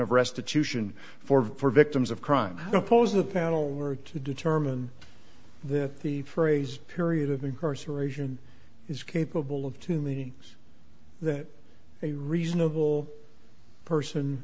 of restitution for victims of crime oppose the panel or to determine that the phrase period of incarceration is capable of two meanings that a reasonable person